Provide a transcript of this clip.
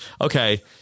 Okay